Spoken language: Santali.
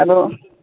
ᱟᱫᱚ